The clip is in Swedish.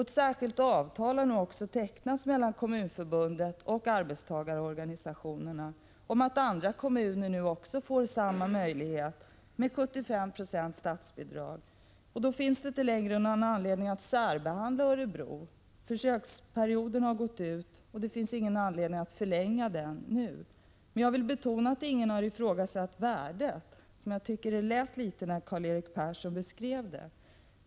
Ett särskilt avtal har också tecknats mellan Kommunförbundet och arbetstagarorganisationerna om att andra kommuner också skall få samma möjlighet med 75 X statsbidrag. Det finns därför inte längre någon anledning att särbehandla Örebro —- försöksperioden har gått ut, och den bör inte förlängas. Jag vill betona att ingen har ifrågasatt värdet av Örebromodellen, som det lät i Karl-Erik Perssons beskrivning.